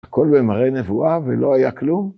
‫הכל במראה נבואה ולא היה כלום?